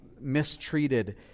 mistreated